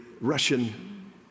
Russian